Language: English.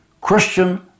Christian